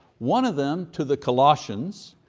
one of them to the colossians,